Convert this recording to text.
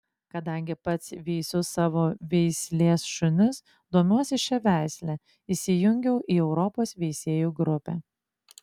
kadangi pats veisiu savo veislės šunis domiuosi šia veisle įsijungiau į europos veisėjų grupę